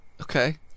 Okay